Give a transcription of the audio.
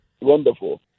wonderful